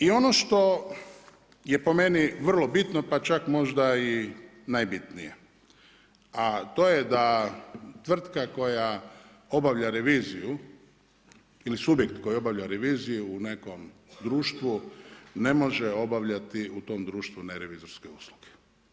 I ono što je po meni vrlo bitno pa čak možda i najbitnije, a to je da tvrtka koja obavlja reviziju ili subjekt koji obavlja reviziju u nekom društvu ne može obavljati u tom društvu nerevizorske usluge.